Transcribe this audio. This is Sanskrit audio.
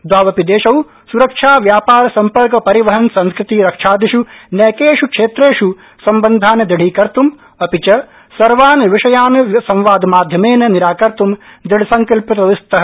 दवावपि देशौ सूरक्षा व्यापार सम्पर्क परिवहन संस्कृति रक्षादिष् नैकेष् क्षेत्रेष् सम्बन्धान् दृढ़ीकर्त् अपि च सर्वान् विषयान् संवादमाध्यमेन निराकर्त् दृढसंकल्पितौ स्तः